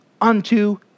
unto